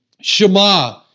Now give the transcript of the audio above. Shema